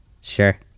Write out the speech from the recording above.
Sure